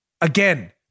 again